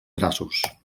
grassos